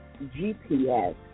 GPS